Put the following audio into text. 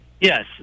Yes